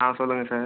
ஆ சொல்லுங்கள் சார்